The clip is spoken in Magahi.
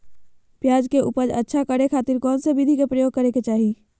प्याज के उपज अच्छा करे खातिर कौन विधि के प्रयोग करे के चाही?